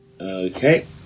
Okay